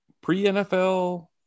pre-NFL